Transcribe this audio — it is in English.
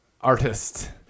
artist